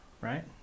right